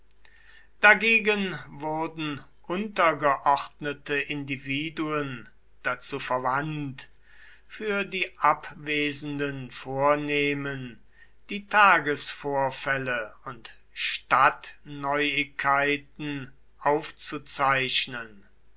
dagegen wurden untergeordnete individuen dazu verwandt für die abwesenden vornehmen die tagesvorfälle und stadtneuigkeiten aufzuzeichnen